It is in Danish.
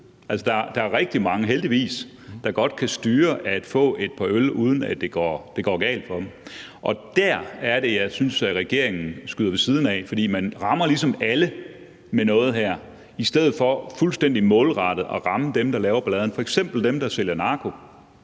Der er rigtig mange – heldigvis – der godt kan styre at få et par øl, uden at det går galt for dem. Og der er det, jeg synes, regeringen skyder ved siden af, for man rammer ligesom alle med noget her i stedet for fuldstændig målrettet at ramme dem, der laver balladen, f.eks. dem, der sælger narko,